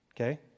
okay